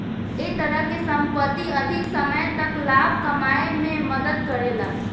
ए तरह के संपत्ति अधिक समय तक लाभ कमाए में मदद करेला